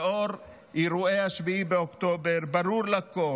לאור אירועי 7 באוקטובר ברור לכול